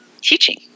teaching